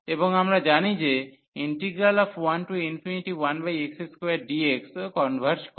এবং আমরা জানি যে 11x2dx ও কনভার্জ করে